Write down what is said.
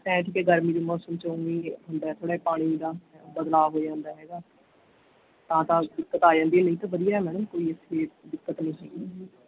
ਬੈਠ ਕੇ ਗਰਮੀ ਦੇ ਮੌਸਮ ਥੋੜ੍ਹਾ ਪਾਣੀ ਦਾ ਬਦਲਾਵ ਹੋ ਜਾਂਦਾ ਹੈਗਾ ਤਾਂ ਤਾਂ ਦਿੱਕਤ ਆ ਜਾਂਦੀ ਨਹੀਂ ਤਾਂ ਵਧੀਆ ਹੈ ਮੈਡਮ ਕੋਈ ਇੱਥੇ ਦਿੱਕਤ ਨਹੀਂ